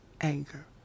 anger